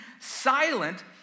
silent